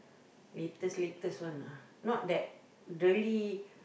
latest latest one lah not that really